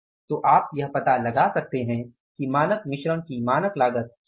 तो आप यह पता लगा सकते हैं कि मानक मिश्रण की मानक लागत क्या है